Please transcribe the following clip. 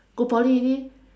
go Poly already